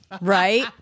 Right